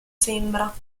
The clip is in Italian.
sembra